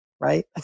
right